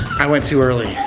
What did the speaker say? i went too early.